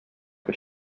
que